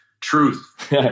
Truth